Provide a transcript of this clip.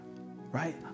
right